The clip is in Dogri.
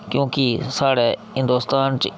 क्योंकि साढ़े हिन्दोस्तान च